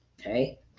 okay